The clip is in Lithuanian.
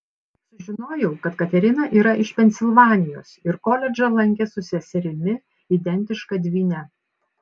sužinojau kad katerina yra iš pensilvanijos ir koledžą lankė su seserimi identiška dvyne